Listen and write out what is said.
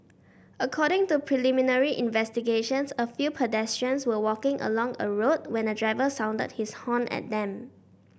according to preliminary investigations a few pedestrians were walking along a road when a driver sounded his horn at them